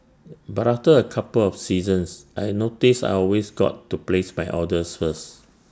but after A couple of seasons I noticed I always got to place my orders first